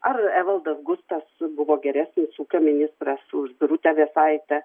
ar evaldas gustas buvo geresnis ūkio ministras už birutę vėsaitę